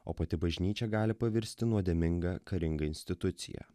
o pati bažnyčia gali pavirsti nuodėminga karinga institucija